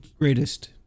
greatest